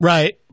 Right